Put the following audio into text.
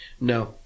No